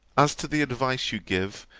as to the advice you give,